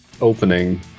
opening